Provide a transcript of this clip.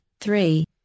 three